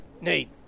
Nate